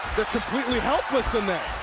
completely helpless in there.